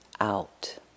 out